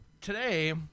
today